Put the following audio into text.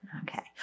Okay